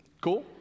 Cool